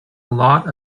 lot